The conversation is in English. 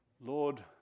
Lord